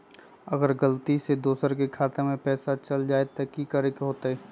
अगर गलती से दोसर के खाता में पैसा चल जताय त की करे के होतय?